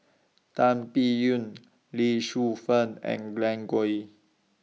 Tan Biyun Lee Shu Fen and Glen Goei